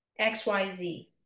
XYZ